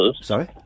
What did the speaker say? Sorry